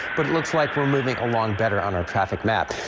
but it looks like we're moving along better on our traffic map.